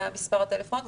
מספר הטלפון,